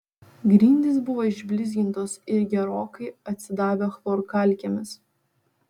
grindys buvo išblizgintos ir gerokai atsidavė chlorkalkėmis